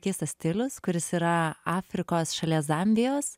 keistas stilius kuris yra afrikos šalies zambijos